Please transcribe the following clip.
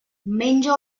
menja